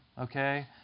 okay